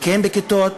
וכן בכיתות.